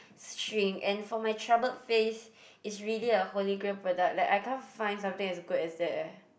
shrink and for my troubled face it's really a holy grail product like I can't find something as good as that eh